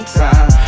time